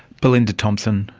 belinda thompson,